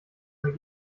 mehr